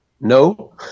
no